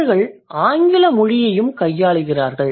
அவர்கள் ஆங்கில மொழியையும் கையாளுகிறார்கள்